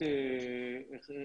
קצת